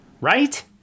right